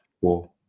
Four